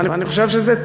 ואני חושב שזו טעות,